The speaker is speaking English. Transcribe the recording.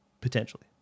Potentially